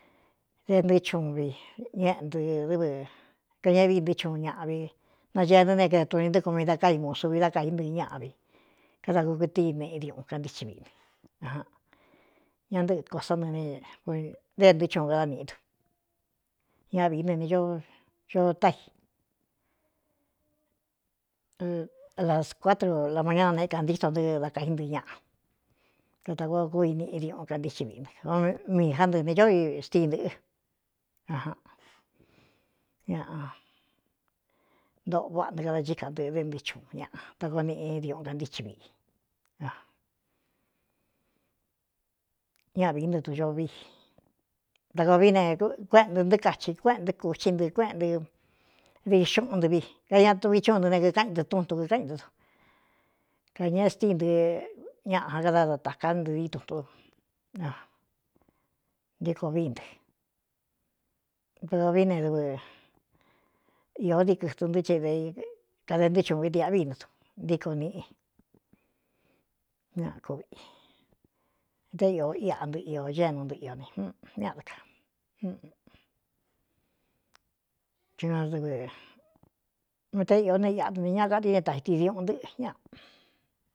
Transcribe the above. Dnɨɨ́ huv ña éꞌnɨɨdɨvɨkañaꞌé vii ntɨɨ chuꞌun ñaꞌ vi nacee nɨ́ ne kede tuni ntɨ ko mii da kái musu vi dá kaí ntɨ ñaꞌvi káda kukɨtɨi neꞌi diuꞌun kantíin mꞌi i n ña nɨꞌɨ kō sá nɨ e dé ntɨɨ chuun kadá niꞌi du ñaꞌ vií nɨne ño tái las kuatró a mañá nanēꞌé kantíto ntɨ́ dá kaí ntɨɨ́ ñaꞌa katakoa kúi niꞌi diuꞌun kantíin miꞌi nɨ o miī ján ndɨɨ ne có i stíi ntɨ̄ꞌɨ an ñaꞌ ntoꞌo váꞌa ntɨ kada chíkā ntɨꞌɨ dɨ ntɨɨ chuꞌun ñꞌa ta koo niꞌi diuꞌun kantícin vꞌi ñaꞌꞌvīí nɨ vii da koo vi ne kuéꞌen ntɨ ntɨ́ kachi kuéꞌentɨ́ kūthi ntɨꞌɨ kuéꞌen ntɨ di xuꞌun nɨ vi ka ña tu vi chuꞌun tɨ ne kikáꞌan i ntɨ tún tu kɨká i ntɨ du kañaꞌe stíi ntɨɨ ñaꞌa kada datāká nɨvi tun tu ntíkoo vií ntɨtko vií ne dvɨ īó ndi kɨtu ntɨ́ chedi kade ntɨɨ́ chuꞌ vi dꞌa vinɨ du ntíko nꞌi ña kuo viꞌi dé ió iꞌa ntɨɨ i ñé nu nɨɨ i neꞌa dɨ kaña dvɨm té īó ne iꞌa ntu ni ña kandine tāiti diuꞌun ntɨ́ꞌɨ ñaa.